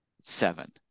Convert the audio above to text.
seven